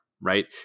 right